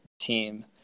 team